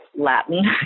Latin